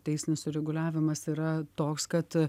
teisinis sureguliavimas yra toks kad